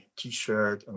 t-shirt